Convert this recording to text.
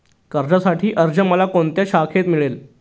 कर्जासाठीचा अर्ज मला कोणत्या शाखेत मिळेल?